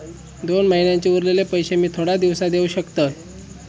दोन महिन्यांचे उरलेले पैशे मी थोड्या दिवसा देव शकतय?